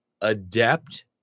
adept